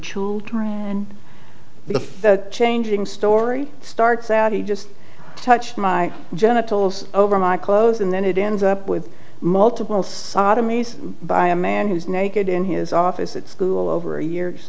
the changing story starts out he just touched my genitals over my clothes and then it ends up with multiple sodomy is by a man who's naked in his office at school over a year's